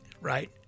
Right